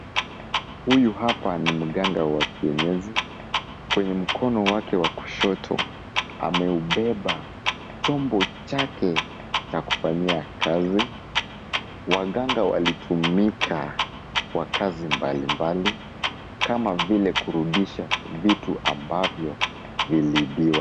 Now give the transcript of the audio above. Huyu hapa ni mganga wa kienyeji, kwenye mkono wake wa kushoto ameubeba chombo chake cha kufanyia kazi. Waganga walitumika kwa kazi mbalimbali, kama vile kurudisha vitu ambavyo viliibiwa.